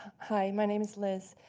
hi, my name is liz.